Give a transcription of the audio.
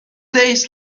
days